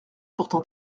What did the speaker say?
pourtant